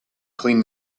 clean